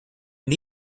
can